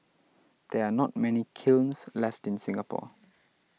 there are not many kilns left in Singapore